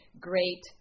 great